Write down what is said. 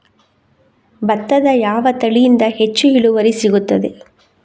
ಭತ್ತದ ಯಾವ ತಳಿಯಿಂದ ಹೆಚ್ಚು ಇಳುವರಿ ಸಿಗುತ್ತದೆ?